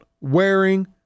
wearing